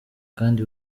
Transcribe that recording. kandi